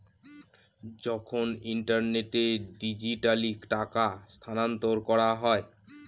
যখন ইন্টারনেটে ডিজিটালি টাকা স্থানান্তর করা হয়